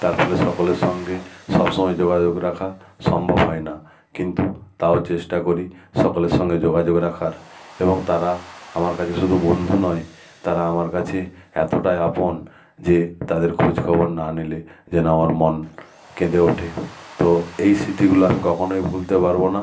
তার ফলে সকলের সঙ্গে সব সময় যোগাযোগ রাখা সম্ভব হয় না কিন্তু তাও চেষ্টা করি সকলের সঙ্গে যোগাযোগ রাখার এবং তারা আমার কাছে শুধু বন্ধু নয় তারা আমার কাছে এতোটাই আপন যে তাদের খোঁজ খবর না নিলে যেন আমার মন কেঁদে ওঠে তো এই স্মৃতিগুলো আমি কখনোই ভুলতে পারবো না